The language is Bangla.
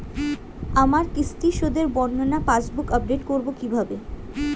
আমার কিস্তি শোধে বর্ণনা পাসবুক আপডেট করব কিভাবে?